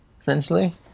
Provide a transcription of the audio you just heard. essentially